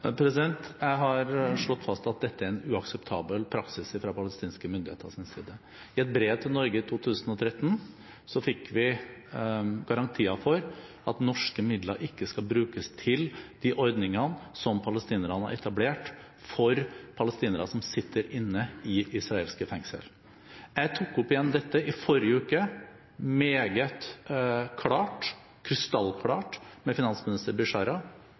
Jeg har slått fast at dette er en uakseptabel praksis fra palestinske myndigheters side. I et brev til Norge i 2013 fikk vi garantier for at norske midler ikke skal brukes til de ordningene som palestinerne har etablert for palestinere som sitter inne i israelske fengsel. Jeg tok opp igjen dette i forrige uke, meget klart, krystallklart, med finansminister